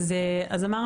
אצל